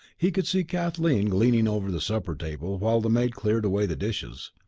he could see kathleen gleaning over the supper table while the maid cleared away the dishes.